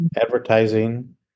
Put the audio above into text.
advertising